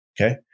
Okay